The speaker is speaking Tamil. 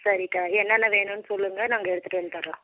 சரிக்கா என்னன்ன வேணும்னு சொல்லுங்க நாங்கள் எடுத்துகிட்டு வந்து தர்றோம்